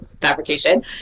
fabrication